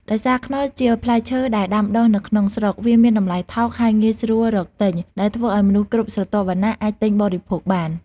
ដោយសារខ្នុរជាផ្លែឈើដែលដាំដុះនៅក្នុងស្រុក វាមានតម្លៃថោក ហើយងាយស្រួលរកទិញ ដែលធ្វើឲ្យមនុស្សគ្រប់ស្រទាប់វណ្ណៈអាចទិញបរិភោគបាន។